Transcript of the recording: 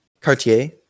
Cartier